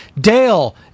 Dale